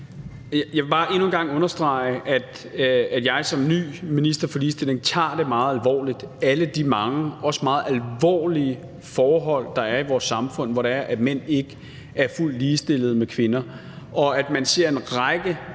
Jeg vil bare endnu en gang understrege, at jeg som ny minister for ligestilling tager alle de mange også meget alvorlige forhold, der er i vores samfund, hvor mænd ikke er fuldt ligestillet med kvinder, meget alvorligt. Man ser en række